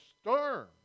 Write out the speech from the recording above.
storm